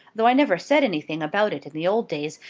though i never said anything about it in the old days,